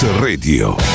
Radio